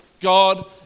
God